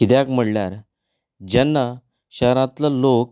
किद्याक म्हणल्यार जेन्ना शहरांतलो लोक